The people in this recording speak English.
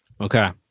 Okay